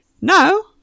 No